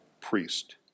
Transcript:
priest